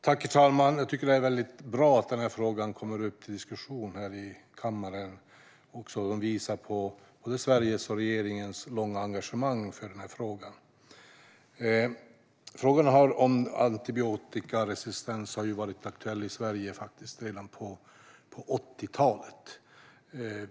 Herr talman! Jag tycker att det är mycket bra att den här frågan kommer upp till diskussion här i kammaren. Det visar på Sveriges och regeringens långa engagemang. Frågan om antibiotikaresistens var ju aktuell i Sverige redan på 80-talet.